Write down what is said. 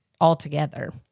altogether